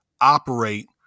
operate